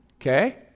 Okay